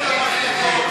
תחזירו את המפתחות.